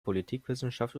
politikwissenschaft